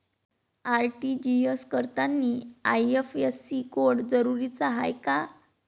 RTGS करतांनी IFSC code जरुरीचा हाय का?